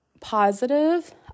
positive